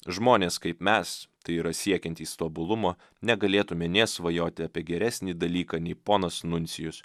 žmonės kaip mes tai yra siekiantys tobulumo negalėtume nė svajoti apie geresnį dalyką nei ponas nuncijus